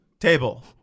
Table